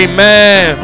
Amen